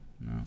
No